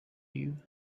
you